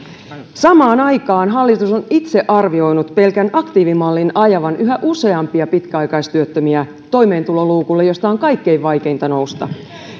samaan aikaan hallitus on itse arvioinut pelkän aktiivimallin ajavan yhä useampia pitkäaikaistyöttömiä toimeentuloluukulle mistä on kaikkein vaikeinta nousta